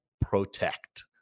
Protect